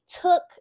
took